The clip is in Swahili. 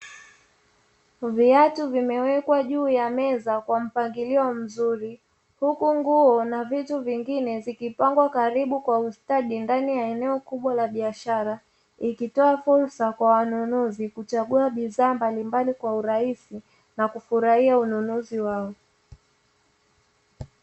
Viatu vimewekwa juu ya meza kwa mpangilio mzuri huku nguo na vitu vingine zikipangwa karibu kwa ustadi ndani ya eneo kubwa la biashara, ikitoa fursa kwa wanunuzi kuchagua bidhaa mbalimbali kwa urahisi na kufurahia ununuzi wao.